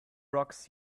rocks